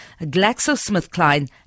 GlaxoSmithKline